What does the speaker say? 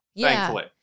thankfully